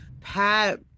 Pat